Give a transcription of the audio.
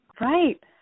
Right